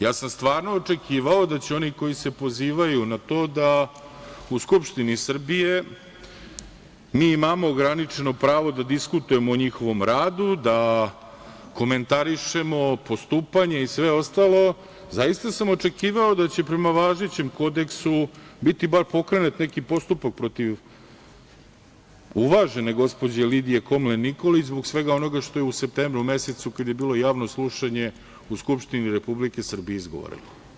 Ja sam stvarno očekivao da će oni koji se pozivaju na to da u Skupštini Srbije, mi imamo ograničeno pravo da diskutujemo o njihovom radu, da komentarišemo postupanje i sve ostalo, i zaista sam očekivao da će prema važećem kodeksu, biti bar pokrenut neki postupak protiv uvažene gospođe Lidije Komlen Nikolić, zbog svega onoga što je u septembru mesecu kada je bilo javno slušanje, u Skupštini Republike Srbije izgovorila.